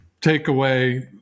takeaway